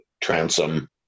transom